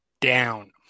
down